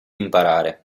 imparare